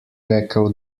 rekel